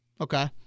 Okay